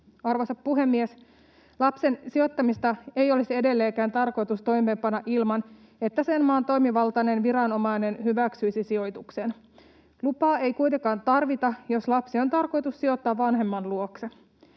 Arvoisa puhemies! Lapsen sijoittamista ei olisi edelleenkään tarkoitus toimeenpanna ilman että sen maan toimivaltainen viranomainen hyväksyisi sijoituksen. Lupaa ei kuitenkaan tarvita, jos lapsi on tarkoitus sijoittaa vanhemman luokse.